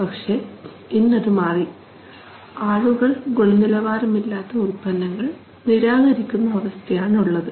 പക്ഷേ ഇന്ന് അത് മാറി ആളുകൾ ഗുണനിലവാരമില്ലാത്ത ഉൽപ്പന്നങ്ങൾ നിരാകരിക്കുന്ന അവസ്ഥയാണ് ഉള്ളത്